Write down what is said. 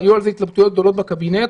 והיו על זה התלבטויות גדולות בקבינט,